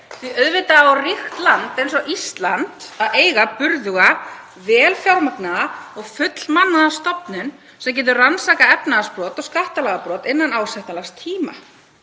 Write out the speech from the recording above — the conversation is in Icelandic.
að auðvitað á að ríkt land eins og Ísland að eiga burðuga, vel fjármagnaða og fullmannaða stofnun sem getur rannsakað efnahagsbrot og skattalagabrot innan ásættanlegs tíma.